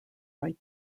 write